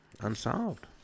unsolved